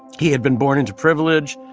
he had been born into privilege,